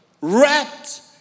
wrapped